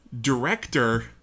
Director